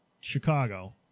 Chicago